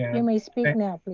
and may speak now.